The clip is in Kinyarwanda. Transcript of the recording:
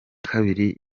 kabiri